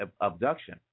abduction